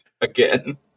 again